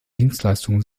dienstleistungen